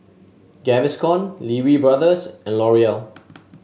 Gaviscon Lee Wee Brothers and L'Oreal